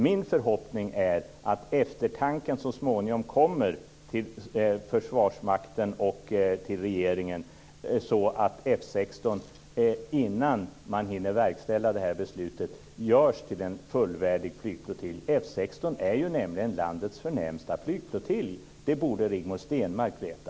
Min förhoppning är att eftertanken så småningom kommer till Försvarsmakten och till regeringen, så att F 16 innan man hinner verkställa det här beslutet görs till en fullvärdig flygflottilj. F 16 är ju nämligen landets förnämsta flygflottilj. Det borde Rigmor Stenmark veta.